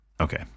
Okay